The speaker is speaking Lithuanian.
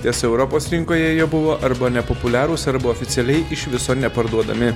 tiesa europos rinkoje jie buvo arba nepopuliarūs arba oficialiai iš viso neparduodami